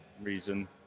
reason